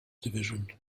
division